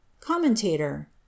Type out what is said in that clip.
Commentator